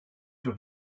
sur